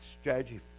Strategy